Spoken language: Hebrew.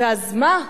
ואז מה?